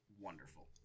wonderful